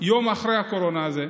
יום אחרי הקורונה הזאת,